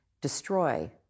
destroy